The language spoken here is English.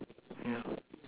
yeah